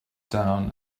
down